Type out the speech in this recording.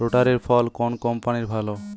রোটারের ফল কোন কম্পানির ভালো?